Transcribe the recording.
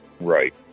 Right